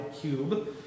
cube